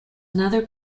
another